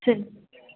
சரி